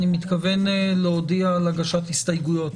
אני מתכוון להודיע על הגשת הסתייגויות.